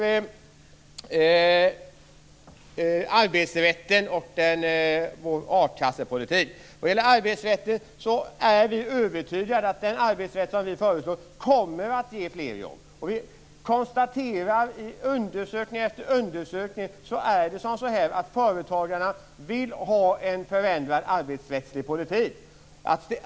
Vi är övertygade om att den arbetsrätt vi föreslår kommer att ge fler jobb. Vi konstaterar i undersökning efter undersökning att företagarna vill ha en förändrad arbetsrättslig politik.